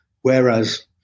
whereas